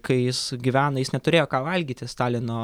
kai jis gyveno jis neturėjo ką valgyti stalino